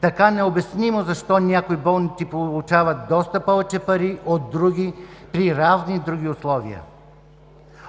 Така е необяснимо защо някои болници получават доста повече пари от други при равни други условия.